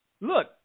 Look